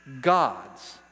God's